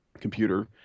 computer